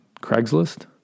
Craigslist